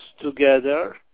together